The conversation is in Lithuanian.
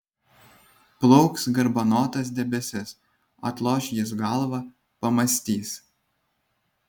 plauks garbanotas debesis atloš jis galvą pamąstys